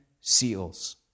seals